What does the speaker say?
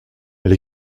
mais